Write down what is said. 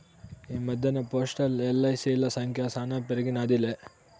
ఈ మద్దెన్న పోస్టల్, ఎల్.ఐ.సి.ల సంఖ్య శానా పెరిగినాదిలే